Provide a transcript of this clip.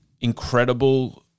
incredible